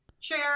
chair